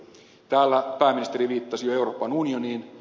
täällä pääministeri viittasi jo euroopan unioniin